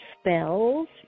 spells